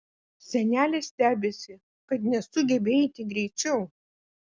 senelė stebisi kad nesugebi eiti greičiau